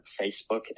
Facebook